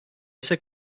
ise